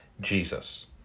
Jesus